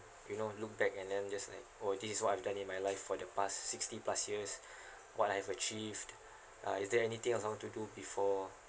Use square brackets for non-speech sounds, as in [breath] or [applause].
you know look back and then just like oh this is what I've done in my life for the past sixty plus years [breath] what I've achieved uh is there anything else I want to do before